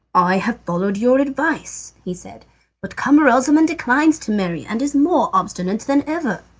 i have followed your advice, he said but camaralzaman declines to marry, and is more obstinate than ever.